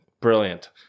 Brilliant